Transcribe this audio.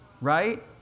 right